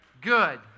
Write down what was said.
Good